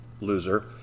loser